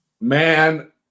Man